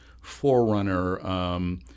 forerunner